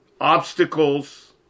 obstacles